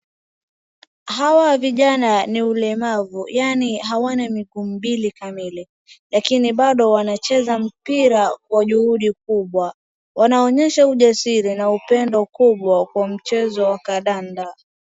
Hawa vijana ni ulemavu yaani hawana miguu mbili kamili lakini bado wanacheza mpira kwa juhudi kubwa. Wanaonyesha ujasiri na upendo kubwa kwa mchezo wa kadanda.